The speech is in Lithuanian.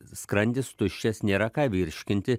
skrandis tuščias nėra ką virškinti